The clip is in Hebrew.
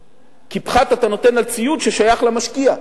כי פחת אתה נותן על ציוד ששייך למשקיע.